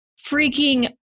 freaking